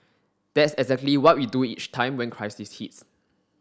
that's exactly what we do each time when crisis hits